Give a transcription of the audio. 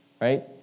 Right